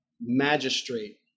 magistrate